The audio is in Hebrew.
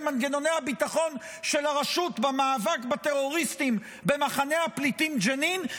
מנגנוני הביטחון של הרשות במאבק בטרוריסטים במחנה הפליטים ג'נין,